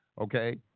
Okay